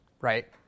right